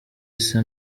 isa